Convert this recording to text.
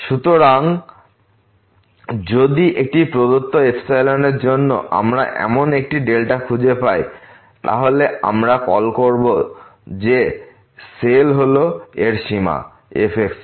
সুতরাং যদি একটি প্রদত্ত অ্যাপসিলনের জন্য আমরা এমন একটি ডেল্টা খুঁজে পাই তাহলে আমরা কল করব যে সেল হল এর সীমা f x y